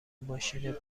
ماشین